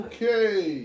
Okay